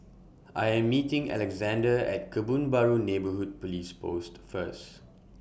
I Am meeting Alexandre At Kebun Baru Neighbourhood Police Post First